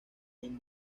con